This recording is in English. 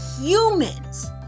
humans